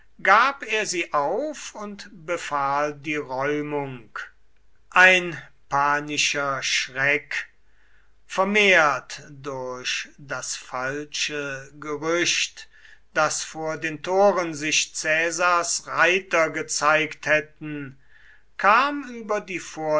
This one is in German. gab er sie auf und befahl die räumung ein panischer schreck vermehrt durch das falsche gerücht daß vor den toren sich caesars reiter gezeigt hätten kam über die